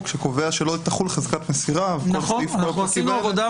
שקובע שלא תחול חזקת מסירה וכל הדברים האלה.